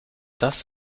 das